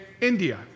India